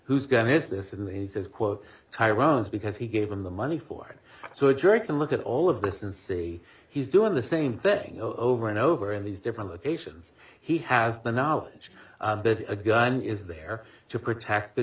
who's going is this and he says quote tyrone's because he gave him the money for so a jury can look at all of this and say he's doing the same thing over and over in these different locations he has the knowledge that a gun is there to protect the